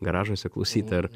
garažuose klausyti ar